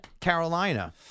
Carolina